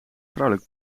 vrouwelijk